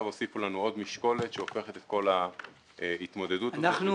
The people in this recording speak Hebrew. הוסיפו לנו עוד משקולת שהופכת את כל ההתמודדות הזאת לבלתי אפשרית.